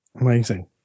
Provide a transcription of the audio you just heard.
Amazing